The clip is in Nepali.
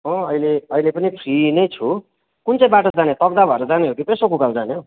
म अहिले अहिले पनि फ्री नै छु कुन चाहिँ बाटो जाने तक्दाह भएर जाने हो कि पेशोक उकालो जाने हो